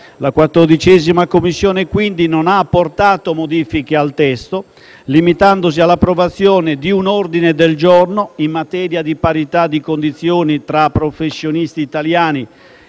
La 14a Commissione quindi non ha apportato modifiche al testo, limitandosi all'approvazione di un ordine del giorno in materia di parità di condizioni tra professionisti italiani